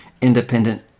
independent